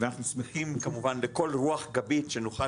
ואנחנו שמחים כמובן בכל רוח גבית שנוכל